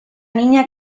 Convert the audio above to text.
niña